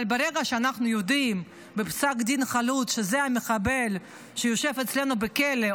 אבל ברגע שאנחנו נדע בפסק דין חלוט שזה המחבל שיושב אצלנו בכלא,